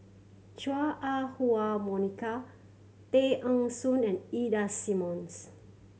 Chua Ah Huwa Monica Tay Eng Soon and Ida Simmons